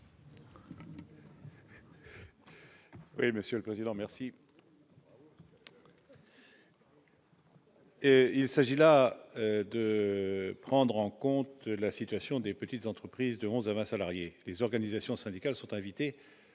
Oui, Monsieur le Président merci. Il s'agit là de prendre en compte la situation des petites entreprises de 11 à 20 salariés, les organisations syndicales sont invitées